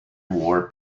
war